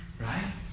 Right